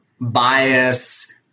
bias